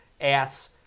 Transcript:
ass